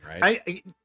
right